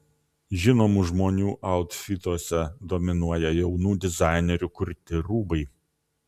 žinomų žmonių autfituose dominuoja jaunų dizainerių kurti rūbai